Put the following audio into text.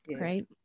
right